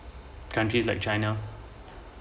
country like china